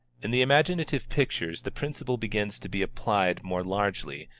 in the imaginative pictures the principle begins to be applied more largely,